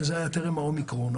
וזה היה טרם האומיקרון.